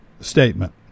statement